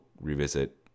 revisit